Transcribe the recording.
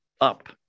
up